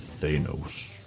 Thanos